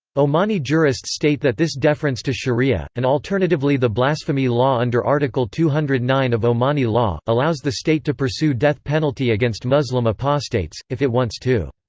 omani jurists state that this deference to sharia, and alternatively the blasphemy law under article two hundred and nine of omani law, allows the state to pursue death penalty against muslim apostates, if it wants to.